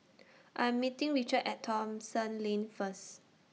I Am meeting Richard At Thomson Lane First